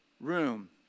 room